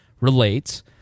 relates